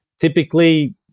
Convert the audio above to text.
typically